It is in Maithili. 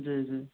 जी जी